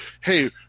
hey